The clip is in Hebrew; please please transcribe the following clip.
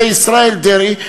וישראל דרעי,